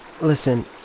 Listen